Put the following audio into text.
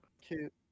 Cute